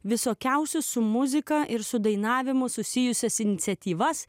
visokiausius su muzika ir su dainavimu susijusias iniciatyvas